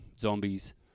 Zombies